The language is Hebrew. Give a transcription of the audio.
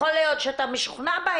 יכול להיות שאתה משוכנע בה,